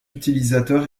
utilisateur